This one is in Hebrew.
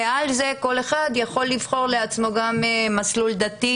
ועל זה כל אחד יכול לבחור לעצמו גם מסלול דתי